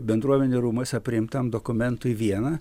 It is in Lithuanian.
bendruomenių rūmuose priimtam dokumentui viena